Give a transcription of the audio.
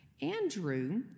Andrew